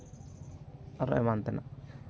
ᱟᱨᱚ ᱮᱢᱟᱱ ᱛᱮᱱᱟᱜ